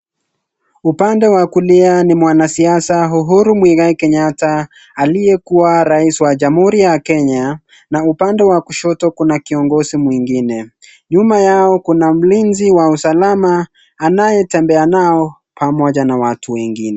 Upande wa kulia ni mwanasiasa Uhuru Mwigai Kenyatta aliyekuwa rais wa Jamuhuri ya Kenya na upande wa kushoto kuna kiogozi mwingine. Nyuma yao kuna mlinzi wa usalama anayetembea nao pamoja na watu wengine.